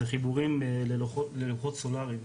זה חיבורים ללוחות סולאריים,